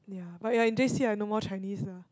ya but like in J_C ah no more Chinese ah